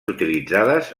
utilitzades